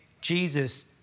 Jesus